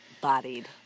bodied